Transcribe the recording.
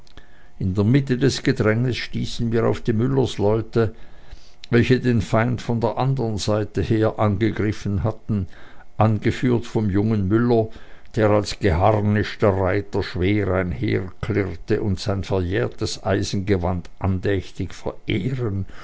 in der mitte des gedränges stießen wir auf die müllersleute welche den feind von der anderen seite her angegriffen hatten angeführt vom jungen müller der als geharnischter reiter schwer einherklirrte und sein verjährtes eisengewand andächtig verehren